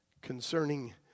concerning